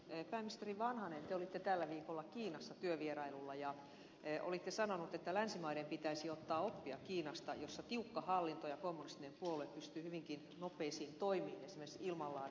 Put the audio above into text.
pääministeri vanhanen te olitte tällä viikolla kiinassa työvierailulla ja olette sanonut että länsimaiden pitäisi ottaa oppia kiinasta jossa tiukka hallinto ja kommunistinen puolue pystyy hyvinkin nopeisiin toimiin esimerkiksi ilmanlaadun suhteen